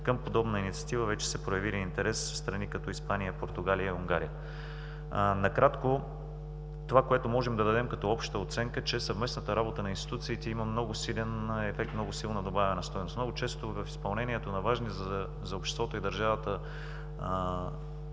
Към подобна инициатива вече са проявили интерес страни като Испания, Португалия и Унгария. Накратко това, което можем да дадем като обща оценка, е, че съвместната работа на институциите има много силен ефект, много силна добавена стойност. Много често в изпълнението на важни за обществото и държавата